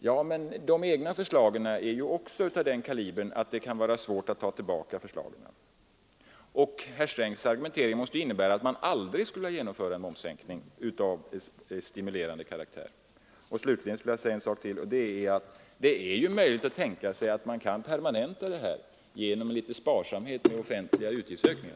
Ja, men era egna förslag är ju också av den arten att det kan vara svårt att ta tillbaka dem. Herr Strängs argumentering måste innebära att man aldrig skulle kunna genomföra en momssänkning av stimulerande karaktär. Slutligen skulle jag vilja säga att det är möjligt att tänka sig en permanentning av skattesänkningen genom sparsamhet i fråga om offentliga utgiftsökningar.